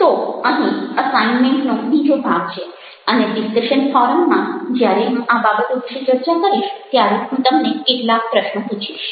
તો અહીં અસાઈમેન્ટ નો બીજો ભાગ છેઅને ડિસ્કશન ફોરમ માં જ્યારે હું આ બાબતો વિશે ચર્ચા કરીશ ત્યારે હું તમને કેટલાક પ્રશ્નો પૂછીશ